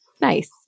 Nice